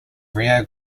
rio